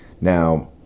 Now